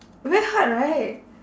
very hard right